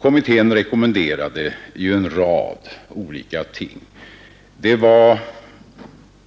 Kommittén rekommenderade en rad olika ting: